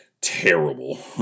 terrible